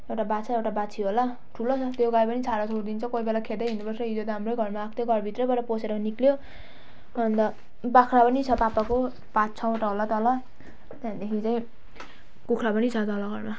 एउटा बाछा एउटा बाछी होला ठुलो छ त्यो गाई पनि छाडा छोडिदिन्छ कोही बेला खेद्दै हिँड्नु पर्छ हिजो त हाम्रै घरमा आएको थियो घर भित्रैबाट पसेर निस्क्यो अन्त बाख्रा पनि छ पापाको पाँच छवटा होला तल त्यहाँदेखि चाहिँ कुखुरा पनि छ तल घरमा